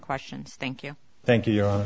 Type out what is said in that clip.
questions thank you thank you you